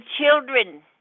children